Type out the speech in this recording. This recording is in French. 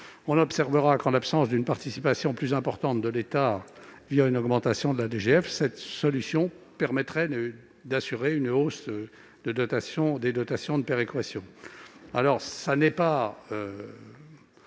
On observera qu'en l'absence d'une participation plus importante de l'État, une augmentation de la DGF, cette solution garantira une hausse des dotations de péréquation.